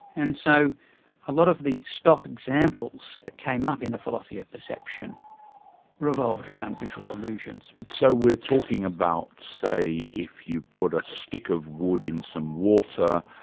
and so a lot of the stock examples that came up in the philosophy of perception revolved around visual illusions. so we're talking about, say, if you put a stick of wood in some water,